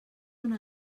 una